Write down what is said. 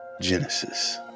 Genesis